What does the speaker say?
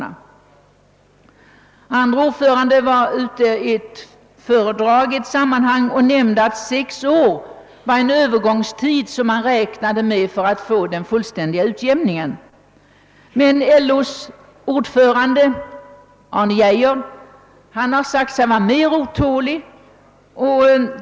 LO:s andre ordförande nämnde i ett föredrag att man räknade med en övergångstid av sex år för att åstadkomma en fullständig utjämning, medan Arne Geijer har förklarat sig vara mer otålig.